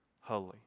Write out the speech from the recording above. holy